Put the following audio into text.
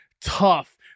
tough